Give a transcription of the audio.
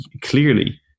clearly